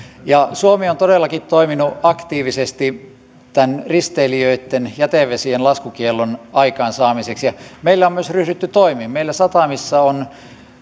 suomi on todellakin toiminut aktiivisesti tämän risteilijöitten jätevesien laskukiellon aikaansaamiseksi meillä on myös ryhdytty toimiin meillä satamissa on